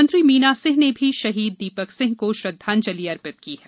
मंत्री मीना सिंह ने भी शहीद दीपक सिंह को श्रद्वांजलि अर्पित की है